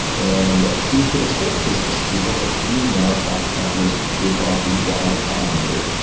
and he has been exposed to business. he is one of the few nonprofit founders who have gone through y combinator,